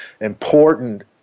important